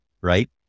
right